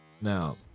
Now